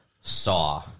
Saw